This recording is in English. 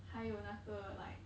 还有那个 like